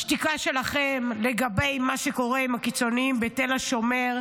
השתיקה שלכם לגבי מה שקורה עם הקיצונים בתל השומר,